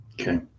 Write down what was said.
Okay